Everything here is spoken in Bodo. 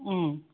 ओम